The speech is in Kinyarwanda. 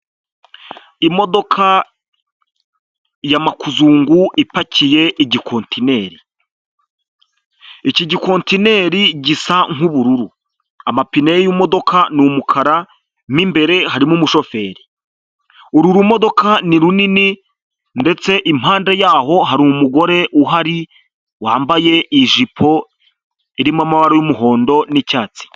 Imodoka ya Makuzungu ipakiye igikontineri, iki gikontineri gisa nk'ubururu, amapine y'iyo modoka ni umukara, mo imbere harimo umushoferi, uru rumodoka ni runini, ndetse impande yaho hari umugore uhari wambaye ijipo irimo amabara y'umuhondo n'icyatsi.